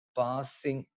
passing